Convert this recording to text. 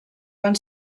van